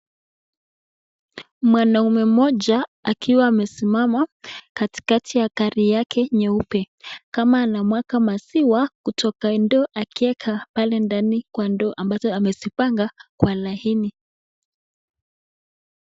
Mwanaume mmoja akiwa amesimama katikati ya gari yake nyeupe, kama anamwaga maziwa kutoka ndoo akieka pale ndani kwa ndoo ambazo amezipanga kwa laini.